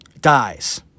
Dies